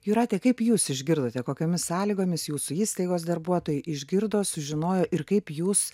jūrate kaip jūs išgirdote kokiomis sąlygomis jūsų įstaigos darbuotojai išgirdo sužinojo ir kaip jūs